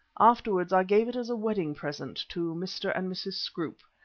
afterwards i gave it as a wedding present to mr. and mrs. scroope,